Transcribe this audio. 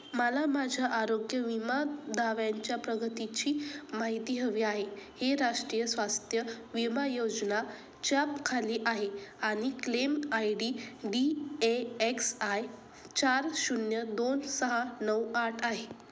मला माझ्या आरोग्य विमा दाव्यांच्या प्रगतीची माहिती हवी आहे हे राष्ट्रीय स्वास्थ्य विमा योजना च्या खाली आहे आणि claim I D D A X I चार शून्य दोन सहा नऊ आठ आहे